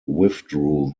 withdrew